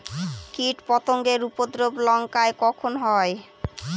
কীটপতেঙ্গর উপদ্রব লঙ্কায় কখন হয়?